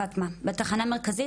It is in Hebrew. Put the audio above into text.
פטמה: בתחנה המרכזית?